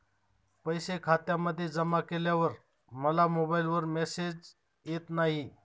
पैसे खात्यामध्ये जमा केल्यावर मला मोबाइलवर मेसेज येत नाही?